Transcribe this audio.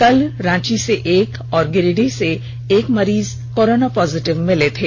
कल रांची से एक और गिरिडीह से एक मरीज कोरोना पॉजिटिव मिले थे